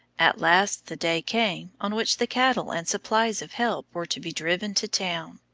at last the day came on which the cattle and supplies of help were to be driven to town.